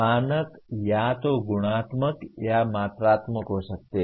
मानक या तो गुणात्मक या मात्रात्मक हो सकते हैं